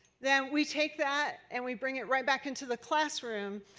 that we take that and we bring it right back into the classroom.